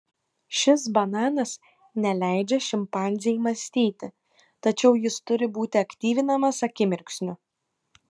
šis bananas neleidžia šimpanzei mąstyti tačiau jis turi būti aktyvinamas akimirksniu